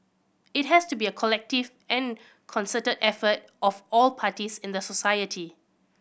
it has to be a collective and concerted effort of all parties in the society